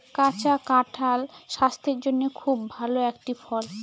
কাঁচা কাঁঠাল স্বাস্থের জন্যে খুব ভালো একটি ফল